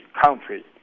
country